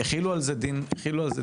החילו על זה דין רציפות?